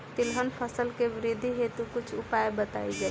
तिलहन फसल के वृद्धी हेतु कुछ उपाय बताई जाई?